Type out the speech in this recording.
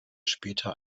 später